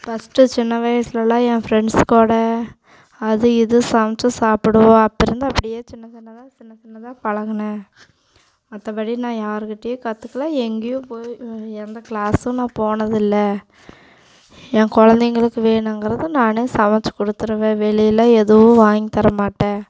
first சின்ன வயசுலெலாம் என் ஃப்ரெண்ட்ஸ் கூட அது இது சமைத்து சாப்பிடுவோம் அப்போ இருந்து அப்படியே சின்ன சின்னதாக சின்ன சின்னதாக பழகினேன் மற்றபடி நான் யாருகிட்டையும் கற்றுக்கல எங்கேயும் போய் எந்த கிளாஸ்ஸும் நான் போனது இல்லை எ குழந்தைங்களுக்கு வேணுங்கிறத நானே சமைத்து கொடுத்துருவேன் வெளியில் எதுவும் வாங்கி தர மாட்டேன்